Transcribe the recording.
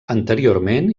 anteriorment